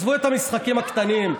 עזבו את המשחקים הקטנים,